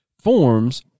forms